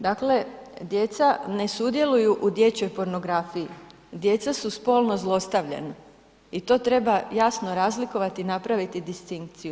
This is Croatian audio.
Dakle djeca ne sudjeluju u dječjoj pornografiji, djeca su spolno zlostavljana i to treba jasno razlikovati i napraviti distinkciju.